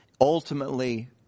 Ultimately